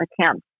attempt